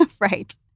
Right